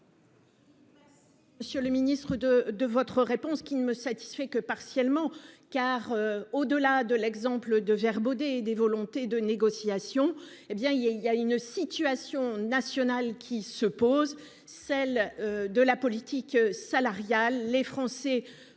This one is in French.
Monsieur le Ministre de de votre réponse qui ne me satisfait que partiellement. Car au-delà de l'exemple de Vert Baudet et des volontés de négociation, hé bien il y a il y a une situation nationale qui se pose celle. De la politique salariale Les Français veulent